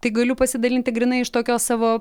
tai galiu pasidalinti grynai iš tokios savo